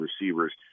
receivers